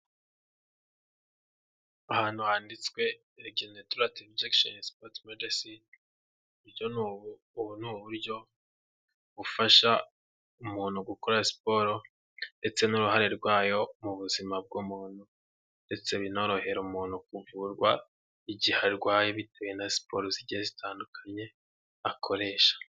Ahantu handitswe rigenerative injegishonizi ini sipotizi medesine, ubu ni uburyo bufasha umuntu gukora siporo ndetse n'uruhare rwayo mu buzima bw'umuntu, ndetse binorohera umuntu kuvurwa igihe arwaye bitewe na siporo zigiye zitandukanye akoresha.